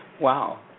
Wow